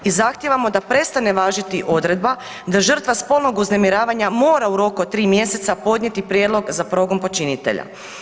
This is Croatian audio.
KZ-a i zahtijevamo da prestane važiti odredba da žrtva spolnog uznemirivanja mora u roku od 3 mj. podnijeti prijedlog za progon počinitelja.